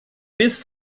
bis